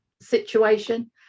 situation